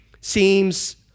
seems